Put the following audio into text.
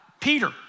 Peter